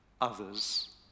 others